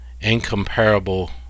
incomparable